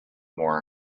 more